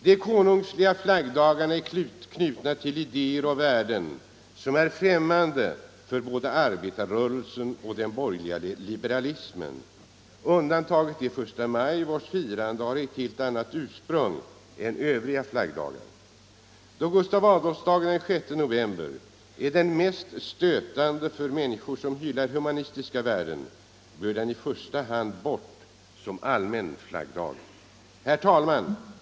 De konungsliga flaggdagarna är knutna till idéer och värden som är främmande för både arbetarrörelsen och den borgerliga liberalismen. Undantaget är 1 maj, vars firande har ett helt annat ursprung än övriga flaggdagar. Då Gustav Adolfsdagen den 6 november är den mest stötande för människor som hyllar humanistiska värden, bör den i första hand bort som allmän flaggdag. Herr talman!